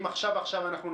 אם עכשיו נצא,